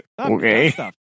Okay